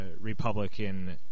Republican